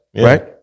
Right